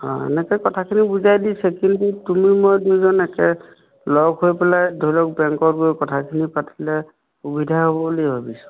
অঁ এনেকৈ কথাখিনি বুজাই দিছে কিন্তু তুমি মই দুজন একে লগ হৈ পেলাই ধৰি লওক বেংকলৈ গৈ কথাখিনি পাতিলে সুবিধা হ'ব বুলি ভাবিছোঁ